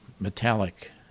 metallic